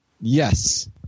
Yes